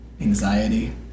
anxiety